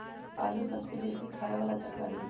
आलू सबसे बेशी ख़ाय बला तरकारी हइ